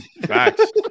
facts